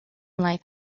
life